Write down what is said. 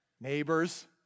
neighbors